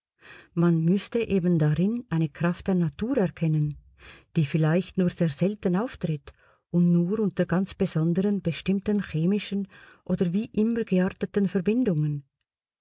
man müßte eben darin eine kraft der natur erkennen die vielleicht nur sehr selten auftritt und nur unter ganz besonderen bestimmten chemischen oder wie immer gearteten verbindungen